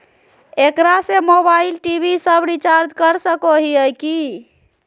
एकरा से mobile TV सब रिचार्ज कर सको हियै की?